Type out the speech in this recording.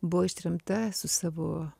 buvo ištremta su savo